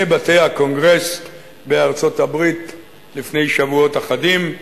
בתי הקונגרס בארצות-הברית לפני שבועות אחדים,